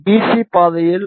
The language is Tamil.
சி பாதையில் ஆர்